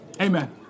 Amen